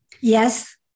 Yes